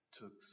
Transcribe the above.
took